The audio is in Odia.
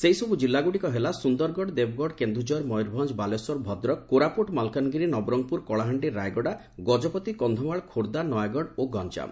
ସେହିସବୁ କିଲ୍ଲାଗୁଡ଼ିକ ହେଲା ସୁନ୍ଦରଗଡ ଦେବଗଡ କେନୁଝର ମୟରଭଞ୍ଞ ବାଲେଶ୍ୱର ଭଦ୍ରକ କୋରାପୁଟ ମାଲକାନଗିରି ନବରଙ୍ଙପୁର କଳାହାଣ୍ଡି ରାୟଗଡା ଗଜପତି କକ୍ଷମାଳ ଖୋର୍ବ୍ଧା ନୟାଗଡ ଓ ଗଞାମ